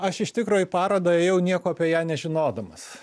aš iš tikro į parodą ėjau nieko apie ją nežinodamas